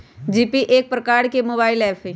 GPay एक प्रकार के मोबाइल ऐप हइ